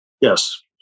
Yes